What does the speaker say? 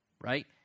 right